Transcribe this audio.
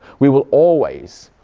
we will always,